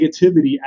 negativity